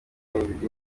n’ibindi